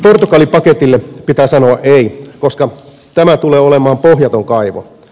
portugali paketille pitää sanoa ei koska tämä tulee olemaan pohjaton kaivo